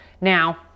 Now